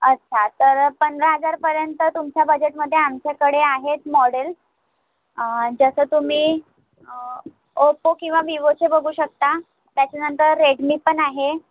अच्छा तर पंधरा हजारपर्यंत तुमचा बजेटमध्ये आमच्याकडे आहेत मॉडेल जसं तुम्ही ओप्पो किंवा विवोचे बघू शकता त्याच्यानंतर रेडमी पण आहे